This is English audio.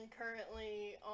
currently